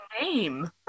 name